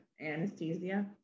anesthesia